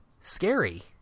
scary